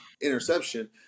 interception